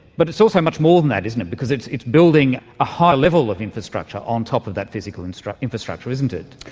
but it's also much more than that, isn't it, because it's it's building a higher level of infrastructure on top of that physical and so infrastructure, isn't it?